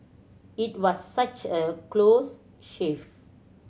it was such a close shave